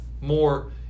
more